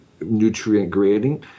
nutrient-grading